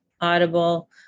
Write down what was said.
Audible